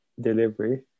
delivery